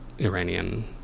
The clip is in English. Iranian